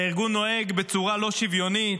שהארגון נוהג בצורה לא שוויונית,